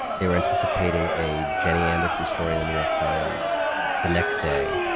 they were anticipating a jenny anderson story in the new york times the next day,